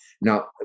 Now